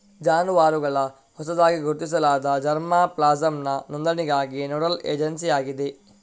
ಜಾನುವಾರುಗಳ ಹೊಸದಾಗಿ ಗುರುತಿಸಲಾದ ಜರ್ಮಾ ಪ್ಲಾಸಂನ ನೋಂದಣಿಗಾಗಿ ನೋಡಲ್ ಏಜೆನ್ಸಿಯಾಗಿದೆ